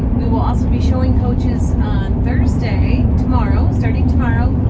we will also be showing coaches on thursday, tomorrow, starting tomorrow,